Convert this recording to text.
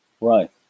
Right